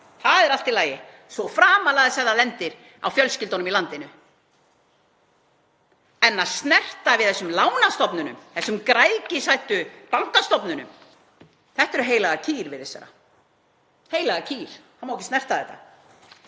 Það er allt í lagi svo framarlega sem það lendir á fjölskyldunum í landinu. En að snerta við þessum lánastofnunum, þessum græðgisvæddu bankastofnunum — þetta eru heilagar kýr, virðist vera, heilagar kýr. Það má ekki snerta þetta.